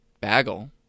Bagel